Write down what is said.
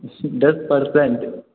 दस परसेंट